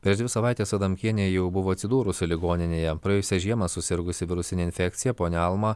prieš dvi savaites adamkienė jau buvo atsidūrusi ligoninėje praėjusią žiemą susirgusi virusine infekcija ponia alma